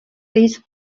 these